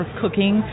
cooking